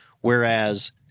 whereas